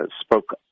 spoke